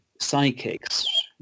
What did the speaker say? psychics